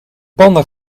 panne